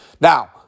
Now